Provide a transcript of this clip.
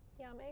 yummy